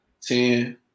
ten